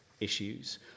issues